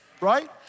right